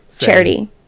Charity